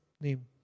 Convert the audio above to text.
name